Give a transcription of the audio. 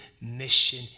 mission